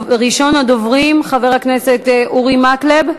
ראשון הדוברים, חבר הכנסת אורי מקלב,